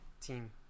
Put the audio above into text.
team